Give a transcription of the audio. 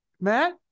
Matt